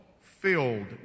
filled